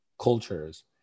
cultures